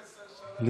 בבקשה.